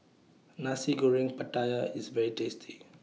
Nasi Goreng Pattaya IS very tasty